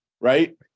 right